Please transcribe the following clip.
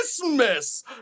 Christmas